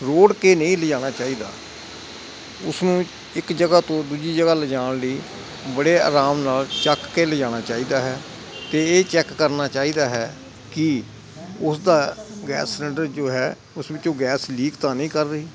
ਰੋੜ ਕੇ ਨਹੀਂ ਲਿਜਾਣਾ ਚਾਹੀਦਾ ਉਸਨੂੰ ਇੱਕ ਜਗ੍ਹਾ ਤੋਂ ਦੂਜੀ ਜਗ੍ਹਾ ਲੈਜਾਣ ਲਈ ਬੜੇ ਆਰਾਮ ਨਾਲ ਚੁੱਕ ਕੇ ਲਿਜਾਣਾ ਚਾਹੀਦਾ ਹੈ ਅਤੇ ਇਹ ਚੈੱਕ ਕਰਨਾ ਚਾਹੀਦਾ ਹੈ ਕਿ ਉਸਦਾ ਗੈਸ ਸਿਲੰਡਰ ਜੋ ਹੈ ਉਸ ਵਿੱਚੋਂ ਗੈਸ ਲੀਕ ਤਾਂ ਨਹੀਂ ਕਰ ਰਹੀ